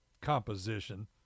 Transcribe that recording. composition